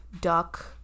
duck